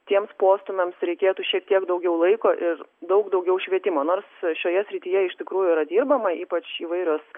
tiems postūmiams reikėtų šiek tiek daugiau laiko ir daug daugiau švietimo nors šioje srityje iš tikrųjų yra dirbama ypač įvairios